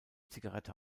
zigarette